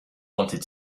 wanted